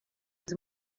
was